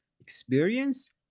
experience